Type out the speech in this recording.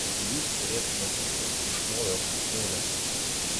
jūs turėtumėte ėsti iš lovio kaip kiaulės